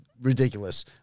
ridiculous